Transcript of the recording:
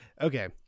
Okay